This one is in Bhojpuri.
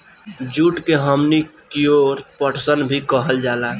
जुट के हमनी कियोर पटसन भी कहल जाला